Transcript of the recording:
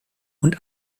und